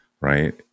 right